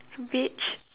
beach